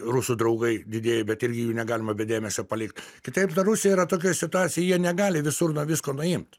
rusų draugai didieji bet irgi jų negalima be dėmesio palikt kitaip na rusija yra tokioj situacijoj jie negali visur nuo visko nuimt